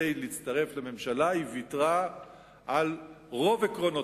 להצטרף לממשלה היא ויתרה על רוב עקרונותיה,